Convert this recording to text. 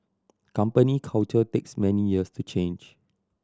company culture takes many years to change